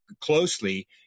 closely